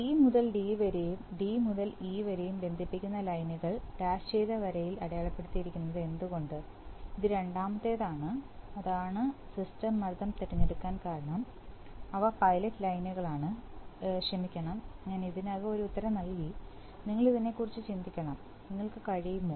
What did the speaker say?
C മുതൽ D വരെയും D മുതൽ ഇ വരെയും ബന്ധിപ്പിക്കുന്ന ലൈനുകൾ ഡാഷ് ചെയ്ത വരിയിൽ അടയാളപ്പെടുത്തിയിരിക്കുന്നത് എന്തുകൊണ്ട് ഇത് രണ്ടാമത്തേതാണ് അതാണ് സിസ്റ്റം മർദ്ദം തിരഞ്ഞെടുക്കൽ കാരണം അവ പൈലറ്റ് ലൈനുകളാണ് ക്ഷമിക്കണം ഞാൻ ഇതിനകം ഒരു ഉത്തരം നൽകി നിങ്ങൾ ഇതിനെക്കുറിച്ച് ചിന്തിക്കണം നിങ്ങൾക്ക് കഴിയുമോ